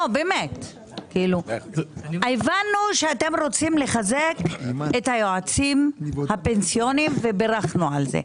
הבנו שאתם רוצים לחזק את היועצים הפנסיוניים ובירכנו על זה.